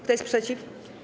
Kto jest przeciw?